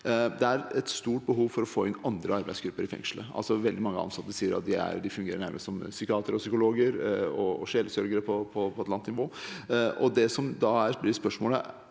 Det er et stort behov for å få inn andre arbeidsgrupper i fengselet. Veldig mange ansatte sier at de nærmest fungerer som psykiatere, psykologer og sjelesørgere på et eller annet nivå. Det som da er spørsmålet, er: